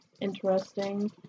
interesting